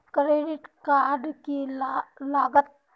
Credit card की लागत?